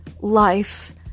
life